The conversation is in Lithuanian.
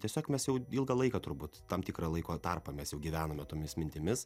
tiesiog mes jau ilgą laiką turbūt tam tikrą laiko tarpą mes jau gyvenome tomis mintimis